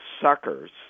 suckers